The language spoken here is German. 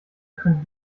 könnte